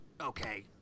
Okay